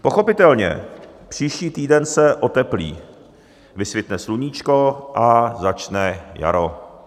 Pochopitelně, příští týden se oteplí, vysvitne sluníčko a začne jaro.